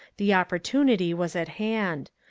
the opportunity was at hand.